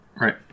right